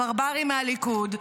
הברברים מהליכוד,